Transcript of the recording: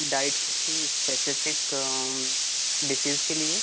diet किसी specific disease के लिए